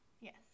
Yes